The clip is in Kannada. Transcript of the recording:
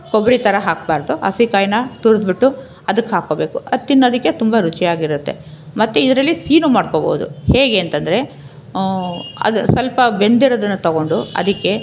ಕೊಬ್ಬರಿ ಥರ ಹಾಕ್ಬಾರದು ಹಸಿ ಕಾಯಿನ ತುರ್ದು ಬಿಟ್ಟು ಅದಕ್ಕೆ ಹಾಕ್ಕೊಬೇಕು ಅದು ತಿನ್ನೋದಕ್ಕೆ ತುಂಬ ರುಚಿಯಾಗಿರುತ್ತೆ ಮತ್ತೆ ಇದರಲ್ಲಿ ಸೀನು ಮಾಡ್ಕೋಬೋದು ಹೇಗೆ ಅಂತಂದರೆ ಅದು ಸ್ವಲ್ಪ ಬೆಂದಿರೋದನ್ನು ತಗೊಂಡು ಅದಕ್ಕೆ